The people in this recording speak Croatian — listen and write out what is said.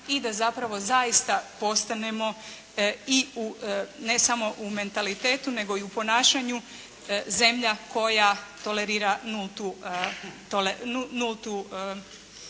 i da zapravo zaista postanemo i u, ne samo u mentalitetu, nego i u ponašanju zemlja koja tolerira nultu